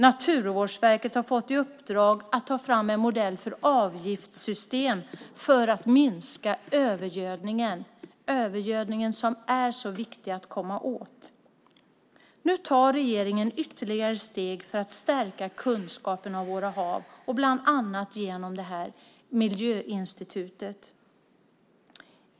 Naturvårdsverket har fått i uppdrag att ta fram en modell för avgiftssystem för att minska övergödningen, som är så viktig att komma åt. Nu tar regeringen ytterligare steg för att stärka kunskapen om våra hav, bland annat genom miljöinstitutet.